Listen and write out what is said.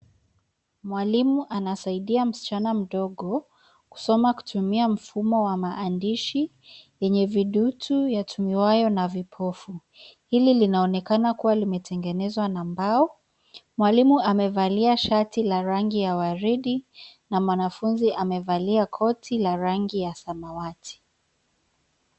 Mwalimu anasaidia msichana mdogo kusoma kutumia mfumo wa maandishi yenye vidutu yatumiwayo na vipofu. Hili linaonekana kuwa limetengenezwa na mbao, mwalimu amevalia shati la rangi ya waridi na mwanafunzi amevalia koti la rangi ya samawati.